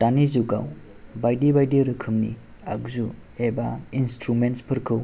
दानि जुगाव बायदि बायदि रोखोमनि आगजु एबा इनस्ट्रुमेनसफोरखौ